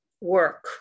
work